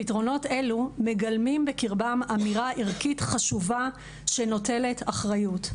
פתרונות אלו מגלמים בקרבם אמירה ערכית חשובה שנוטלת אחריות,